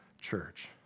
church